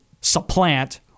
supplant